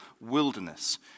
wilderness